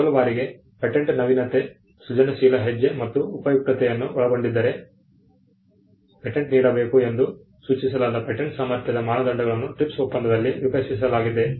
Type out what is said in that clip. ನಾವು ಮೊದಲ ಬಾರಿಗೆ ಪೇಟೆಂಟ್ ನವೀನತೆ ಸೃಜನಶೀಲ ಹೆಜ್ಜೆ ಮತ್ತು ಉಪಯುಕ್ತತೆಯನ್ನು ಒಳಗೊಂಡಿದ್ದರೆ ಪೇಟೆಂಟ್ ನೀಡಬೇಕು ಎಂದು ಸೂಚಿಸಲಾದ ಪೇಟೆಂಟ್ ಸಾಮರ್ಥ್ಯದ ಮಾನದಂಡಗಳನ್ನು TRIPS ಒಪ್ಪಂದದಲ್ಲಿ ವಿಕಾಸಿಸಲಾಗಿದೆ